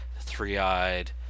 three-eyed